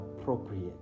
appropriate